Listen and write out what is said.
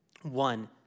One